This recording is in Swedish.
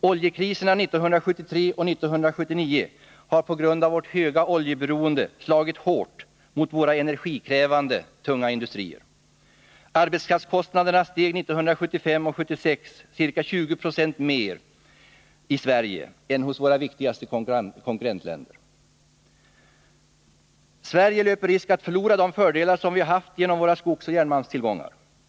Oljekriserna 1973 och 1979 har på grund av vårt höga oljeberoende slagit hårt mot våra energikrävande tunga industrier. Arbetskraftskostnaderna steg 1975 och 1976 ca 20 96 mer i Sverige än hos våra viktigaste konkurrentländer. Sverige löper risk att förlora de fördelar vi haft genom våra skogsoch järnmalmstillgångar.